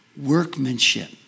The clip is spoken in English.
workmanship